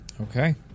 Okay